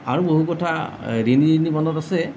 আৰু বহু কথা এই ৰিণি ৰিণি মনত আছে